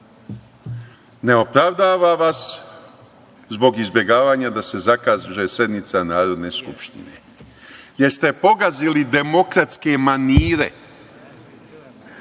ne opravdava vas zbog izbegavanja da se zakaže sednica Narodne skupštine, jer ste pogazili demokratske manire.